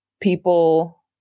people